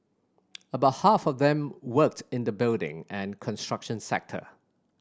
about half of them worked in the building and construction sector